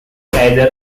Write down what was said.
either